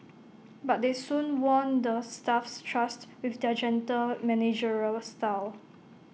but they soon won the staff's trust with their gentle managerial style